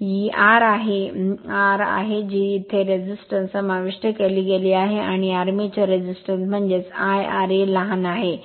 या आर आहे ही r आहे जी येथे रेझिस्टन्स समाविष्ट केली गेली आहे आणि आर्मेचर रेझिस्टन्स म्हणजे I ra लहान आहे